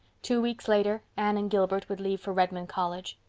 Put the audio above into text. two weeks later anne and gilbert would leave for redmond college.